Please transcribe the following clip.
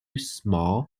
small